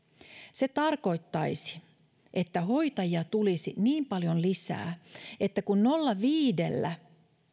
se tarkoittaisi että hoitajia tulisi niin paljon lisää että kun nolla pilkku viidellä